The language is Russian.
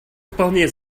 вполне